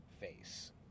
face